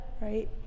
Right